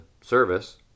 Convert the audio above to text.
service